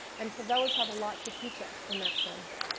and favelas have a lot to teach us in that sense.